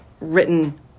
written